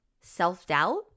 self-doubt